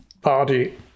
party